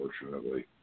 unfortunately